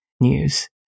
news